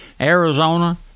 Arizona